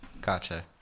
Gotcha